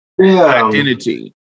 identity